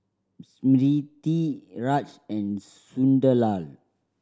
Smriti Raj and Sunderlal